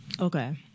Okay